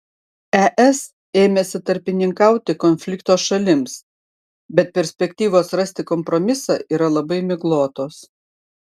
es ėmėsi tarpininkauti konflikto šalims bet perspektyvos rasti kompromisą yra labai miglotos